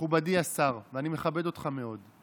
מכובדי השר, ואני מכבד אותך מאוד,